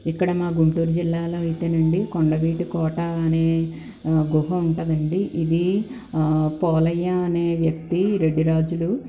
ఇక్కడ మా గుంటూరు జిల్లాల్లో అయితేనండి కొండవీటి కోట అనే గుహ ఉంటుందండి ఇది పోలయ్య అనే వ్యక్తి రెడ్డి రాజులు